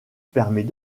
permet